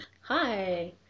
Hi